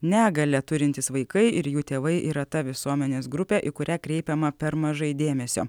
negalią turintys vaikai ir jų tėvai yra ta visuomenės grupė į kurią kreipiama per mažai dėmesio